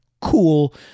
cool